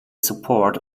support